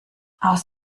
aus